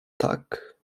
tak